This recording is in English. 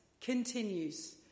Continues